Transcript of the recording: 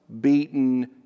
beaten